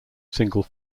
single